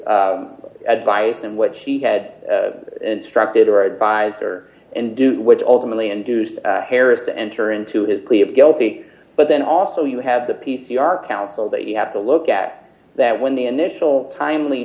s advice and what she had instructed d her adviser and do which ultimately induced harris to enter into his plea of guilty but then also you have the p c r counsel that you have to look at that when the initial timely